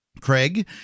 Craig